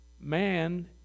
man